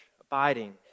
abiding